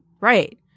Right